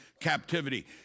captivity